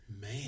Man